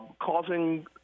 causing